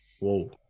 Whoa